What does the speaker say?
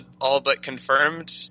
all-but-confirmed